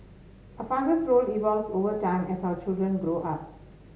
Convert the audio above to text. a father's role evolves over time as our children grow up